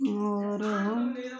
ମୋର